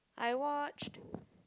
I watched